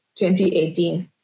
2018